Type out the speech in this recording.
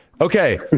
Okay